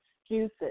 Excuses